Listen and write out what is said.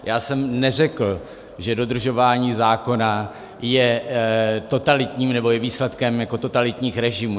Já jsem neřekl, že dodržování zákona je totalitním, nebo je výsledkem jako totalitních režimů.